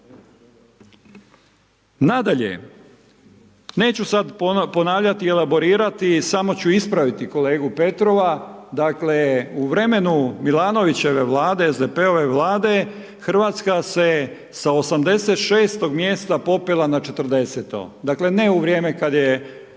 Nadalje, neću sada ponavljati i elaborirati, samo ću ispraviti kolegu Petrova, dakle, u vrijeme Milanovićeve Vlade, SDP-ove Vlade, RH se sa 86 mjesta popela na 40-to. Dakle, ne u vrijeme kada je